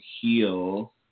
heal